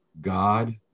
God